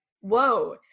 whoa